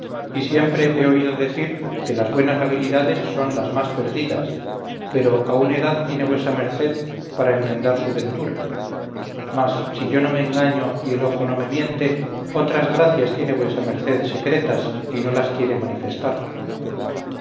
y siempre he oído decir que las buenas habilidades son las más perdidas pero aún edad tiene vuesa merced para enmendar su ventura mas si yo no me engaño y el ojo no me miente otras gracias tiene vuesa merced secretas y no las quiere manifestar